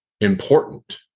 important